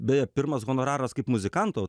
beje pirmas honoraras kaip muzikanto